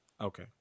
Okay